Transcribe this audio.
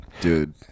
Dude